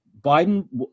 Biden